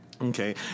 Okay